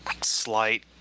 slight